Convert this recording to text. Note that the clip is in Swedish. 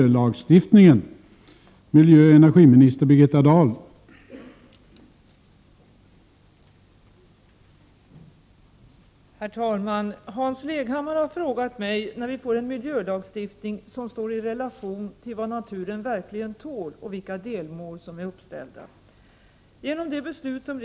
När avser regeringen att detta vallöfte skall vara verkställt, och vilka delmål är uppställda?